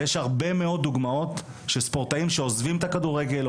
ויש הרבה מאוד דוגמאות של ספורטאים שעוזבים את הכדורגל או